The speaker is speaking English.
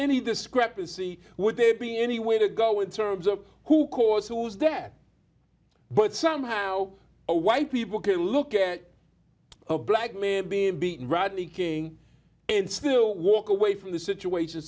any discrepancy would there be any way to go in terms of who course who is that but somehow a white people could look at a black man being beaten rodney king and still walk away from the situation